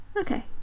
okay